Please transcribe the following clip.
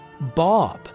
Bob